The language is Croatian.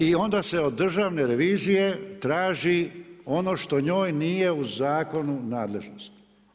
I onda se od Državne revizije traži ono što njoj nije u zakonu nadležnost.